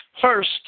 First